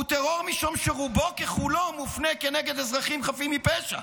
הוא טרור משום שרובו ככולו מופנה נגד אזרחים חפים מפשע.